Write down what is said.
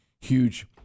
huge